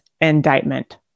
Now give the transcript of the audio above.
indictment